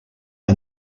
and